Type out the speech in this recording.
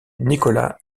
nicolas